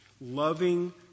loving